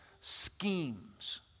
schemes